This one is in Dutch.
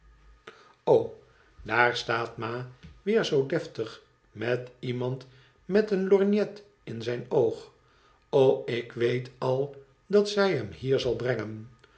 daar staat ma weer zoo deftig met iemand met een lorgnet in zijn oog o ik weet al dat zij hem hier zal brengen